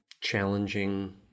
challenging